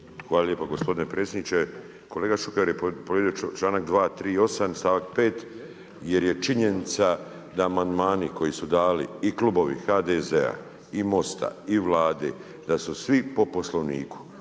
Hvala lijepa gospodine predsjedniče. Kolega Šuker je povrijedio članak 238. stavak 5., jer je činjenica da amandmani koji su dali i klubovi HDZ-a i MOST-a i Vlade, da su svi po Poslovniku.